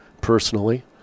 personally